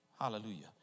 hallelujah